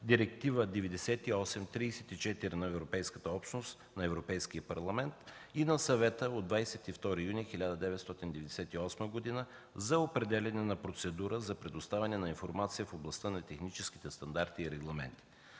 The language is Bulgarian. Директива 98/34 на Европейската общност, на Европейския парламент и на Съвета от 22 юни 1998 г. за определяне на процедура за предоставяне на информация в областта на техническите стандарти и регламенти.